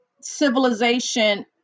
civilization